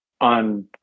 on